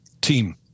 team